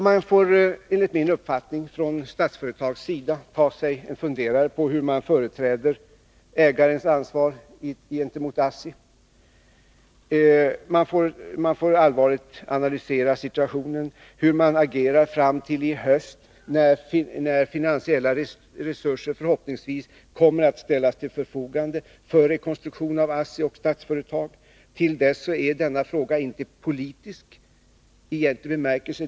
Man får, enligt min uppfattning, från Statsföretags sida ta sig en funderare på hur man företräder ägarens ansvar gentemot ASSI. Man får allvarligt analysera situationen för att se hur man skall agera fram till i höst när finansiella resurser förhoppningsvis kommer att ställas till förfogande för rekonstruktion av ASSI och Statsföretag. Till dess är denna fråga inte politisk i egentlig bemärkelse.